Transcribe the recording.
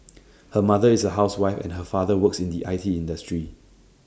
her mother is A housewife and her father works in the I T industry